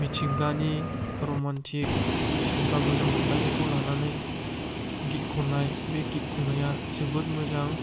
मिथिंगानि रमनटिक सिनिबा मोजां मोनलायनायखौ लानानै गित खनाय बे गित खनाया जोबोद मोजां